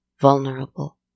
Vulnerable